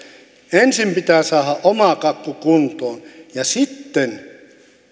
ensin pitää saada oma kakku kuntoon ja sitten